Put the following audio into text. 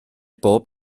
bob